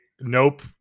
Nope